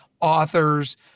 authors